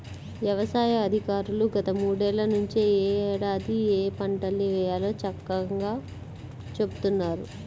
యవసాయ అధికారులు గత మూడేళ్ళ నుంచి యే ఏడాది ఏయే పంటల్ని వేయాలో చక్కంగా చెబుతున్నారు